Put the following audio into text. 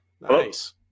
Nice